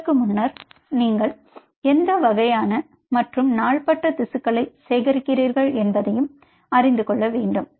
அதற்கு முன்னர் நீங்கள் எந்த வகையான மற்றும் நாள்பட்ட திசுக்களை சேகரிக்கிறீர்கள் என்பதை அறிந்து கொள்ள வேண்டும்